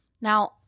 Now